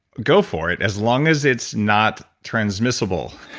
go for it, as long as it's not transmissible,